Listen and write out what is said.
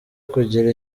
kugira